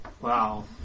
Wow